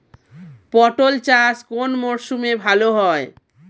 পটল চাষ কোন মরশুমে ভাল হয়?